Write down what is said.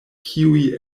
kiuj